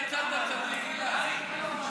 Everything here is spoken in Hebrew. יצאת צדיק, אילן.